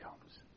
comes